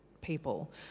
people